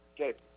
Okay